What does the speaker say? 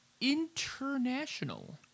international